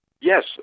Yes